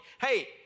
Hey